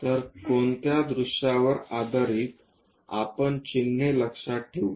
तर कोणत्या दृश्यावर आधारित आपण चिन्हे लक्षात ठेवू